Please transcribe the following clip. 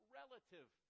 relative